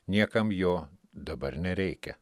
niekam jo dabar nereikia